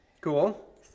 Cool